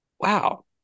Wow